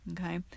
Okay